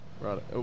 Right